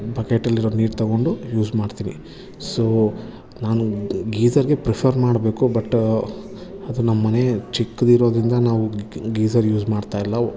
ಬಕೆಟಲ್ಲಿರೋ ನೀರು ತೊಗೊಂಡು ಯೂಸ್ ಮಾಡ್ತೀನಿ ಸೊ ನಾನು ಗೀಸರ್ಗೆ ಪ್ರಿಫರ್ ಮಾಡಬೇಕು ಬಟ ಅದು ನಮ್ಮ ಮನೆ ಚಿಕ್ಕದಿರೋದ್ರಿಂದ ನಾವು ಗೀಸರ್ ಯೂಸ್ ಮಾಡ್ತಾಯಿಲ್ಲ